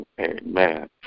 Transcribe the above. Amen